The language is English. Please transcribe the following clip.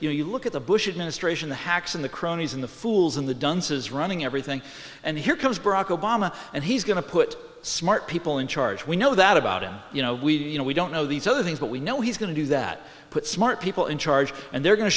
you know you look at the bush administration the hacks in the cronies in the fools in the dunces running everything and here comes barack obama and he's going to put smart people in charge we know that about him you know we do you know we don't know these other things but we know he's going to do that put smart people in charge and they're going to